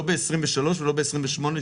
לא ב-2023 ולא ב-2028,